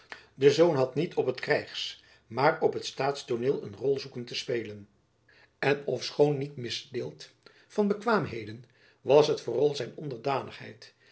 de zoon had niet op het krijgsmaar op het staatstooneel een rol zoeken te spelen en ofschoon niet misdeeld van bekwaamheden was het vooral zijn